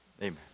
Amen